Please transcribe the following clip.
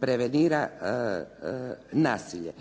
prevenira nasilje.